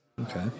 Okay